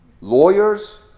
lawyers